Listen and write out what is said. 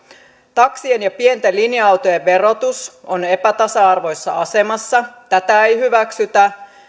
taksien ja pienten linja autojen verotus on epätasa arvoisessa asemassa tätä ei hyväksytä